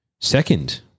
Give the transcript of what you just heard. second